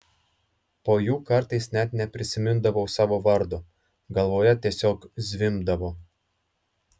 po jų kartais net neprisimindavau savo vardo galvoje tiesiog zvimbdavo